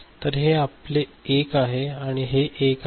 तर हे आपले 1 आहे आणि हे 1 आहे